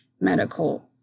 medical